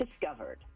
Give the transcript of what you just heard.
discovered